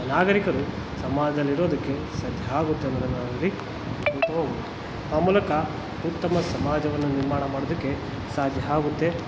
ನಾಗರಿಕರು ಸಮಾಜದಲ್ಲಿರೋದುಕ್ಕೆ ಸಾಧ್ಯ ಆಗುತ್ತೆ ಅನ್ನೋದನ್ನು ನಾವಿಲ್ಲಿ ತಿಳ್ಕೊಬೋದು ಆ ಮೂಲಕ ಉತ್ತಮ ಸಮಾಜವನ್ನು ನಿರ್ಮಾಣ ಮಾಡೋದಕ್ಕೆ ಸಾಧ್ಯ ಆಗುತ್ತೆ